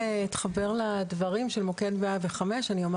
אתחבר לדברים של מוקד 105. אני אומר